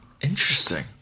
Interesting